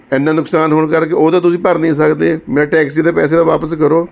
ਐਨਾ ਨੁਕਸਾਨ ਹੋਣ ਕਰਕੇ ਉਹ ਤਾਂ ਤੁਸੀਂ ਭਰ ਨਹੀਂ ਸਕਦੇ ਮੇਰਾ ਟੈਕਸੀ ਦੇ ਪੈਸੇ ਤਾਂ ਵਾਪਿਸ ਕਰੋ